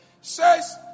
says